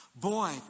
boy